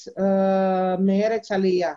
עוד בארץ העלייה.